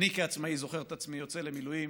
אני כעצמאי זוכר את עצמי יוצא למילואים,